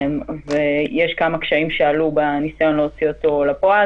ויש כמה קשיים שעלו בניסיון להוציא אותו לפועל,